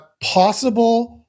possible